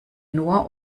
nur